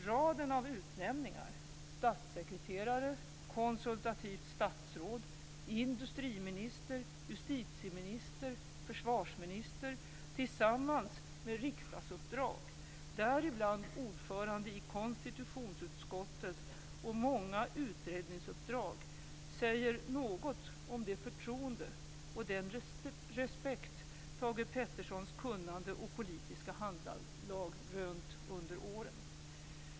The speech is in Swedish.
Raden av utnämningar - statssekreterare, konsultativt statsråd, industriminister, justitieminister, försvarsminister, tillsammans med riksdagsuppdrag, däribland ordförande i konstitutionsutskottet och många utredningsuppdrag - säger något om det förtroende och den respekt Thage G Petersons kunnande och politiska handlag rönt under åren.